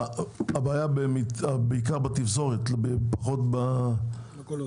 הבעיה היא בעיקר בתפזורת ופחות במכולות.